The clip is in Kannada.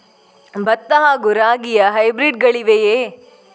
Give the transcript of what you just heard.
ಭತ್ತ ಹಾಗೂ ರಾಗಿಯ ಹೈಬ್ರಿಡ್ ಗಳಿವೆಯೇ?